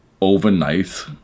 overnight